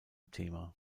thema